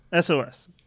SOS